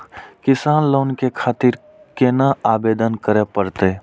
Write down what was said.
किसान लोन के खातिर केना आवेदन करें परतें?